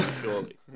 surely